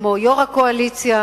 כמו יו"ר הקואליציה,